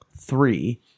three